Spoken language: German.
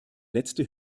letzte